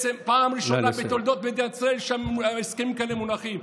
פעם ראשונה בתולדות מדינת ישראל שהסכמים כאלה מונחים.